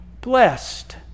blessed